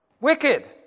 Wicked